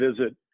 visit